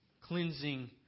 cleansing